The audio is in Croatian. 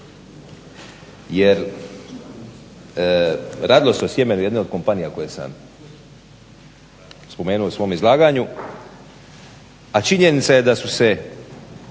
Jer radilo se o sjemenu jedne od kompanija koje sam spomenuo u svom izlaganju, a činjenica je da su se